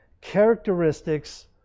Characteristics